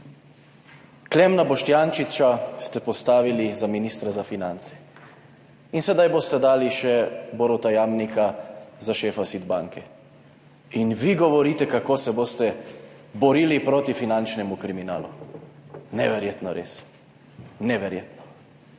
Klemna Boštjančiča ste postavili za ministra za finance in sedaj boste dali še Boruta Jamnika za šefa SID banke in vi govorite, kako se boste borili proti finančnemu kriminalu. Neverjetno, res, neverjetno.